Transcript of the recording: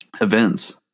events